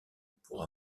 pour